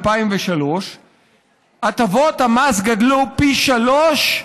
2003 הטבות המס גדלו פי שלושה,